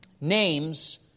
Names